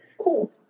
Cool